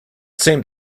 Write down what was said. seemed